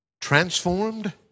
Transformed